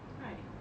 right